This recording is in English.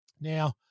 Now